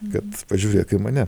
kad pažiūrėk į mane